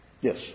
Yes